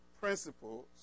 principles